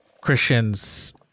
Christians